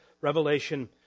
Revelation